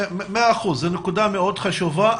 מאה אחוז, זאת נקודה מאוד חשובה.